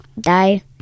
die